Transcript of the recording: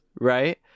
right